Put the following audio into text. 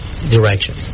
Direction